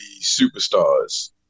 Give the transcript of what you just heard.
superstars